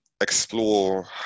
explore